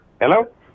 Hello